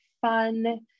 fun